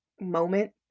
moment